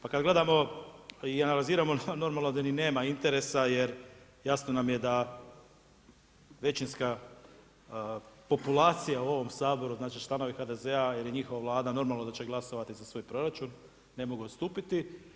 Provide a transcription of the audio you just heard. Pa kad gledamo i analiziramo, normalno da ni nema interesa, jer jasno nam je da većinska populacija u ovom Saboru, znači članovi HDZ-a ili njihova Vlada normalno da će glasovati za svoj proračun, ne mogu odstupiti.